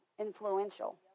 Influential